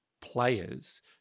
players